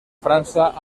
frança